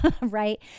right